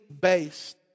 based